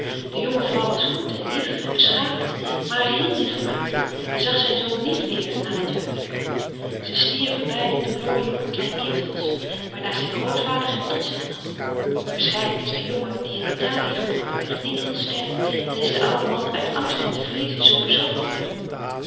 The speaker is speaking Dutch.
de jonge vrouw was goed en lief en beschaafd maar hij hield niet van haar en zag zijn zoon niet weer na dat huwelijk ze stierven beiden toen laurie nog een klein kind was waarna zijn grootvader hem tot zich nam waarschijnlijk is de jongen die in italië geboren werd niet heel sterk en is de oude man uit angst hem te verliezen zoo bezorgd voor hem